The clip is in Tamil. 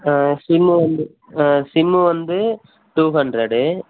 ஆ சிம்மு வந்து ஆ சிம்மு வந்து டூ ஹண்ட்ரடு